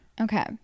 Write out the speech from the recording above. Okay